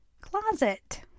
closet